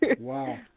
Wow